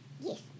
Yes